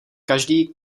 každý